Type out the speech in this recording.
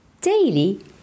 daily